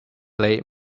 late